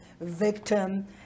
victim